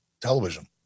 television